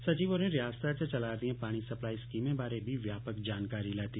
सचिव होरें रियास्ता च चला'रदियां पानी सप्लाई स्कीमें बारे बी व्यापक जानकारी लैती